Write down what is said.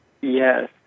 Yes